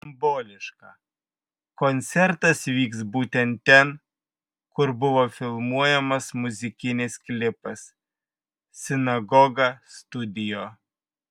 simboliška koncertas vyks būtent ten kur buvo filmuojamas muzikinis klipas sinagoga studio